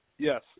Yes